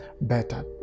better